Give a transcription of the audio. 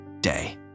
day